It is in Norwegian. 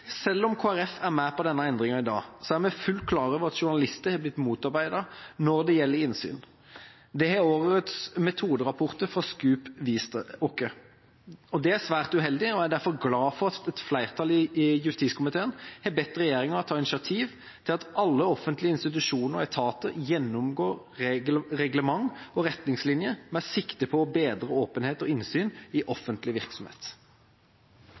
Selv om Kristelig Folkeparti er med på denne endringa i dag, er vi fullt klar over at journalister er blitt motarbeidet når det gjelder innsyn. Det har årets metoderapporter fra SKUP vist oss. Det er svært uheldig, og jeg er derfor glad for at et flertall i justiskomiteen har bedt regjeringa ta initiativ til at alle offentlige institusjoner og etater gjennomgår reglement og retningslinjer med sikte på å bedre åpenhet og innsyn i offentlig virksomhet.